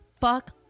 Fuck